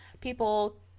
people